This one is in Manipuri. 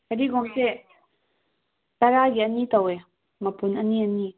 ꯐꯗꯤꯒꯣꯝꯁꯦ ꯇꯔꯥꯒꯤ ꯑꯅꯤ ꯇꯧꯋꯦ ꯃꯄꯨꯟ ꯑꯅꯤ ꯑꯅꯤ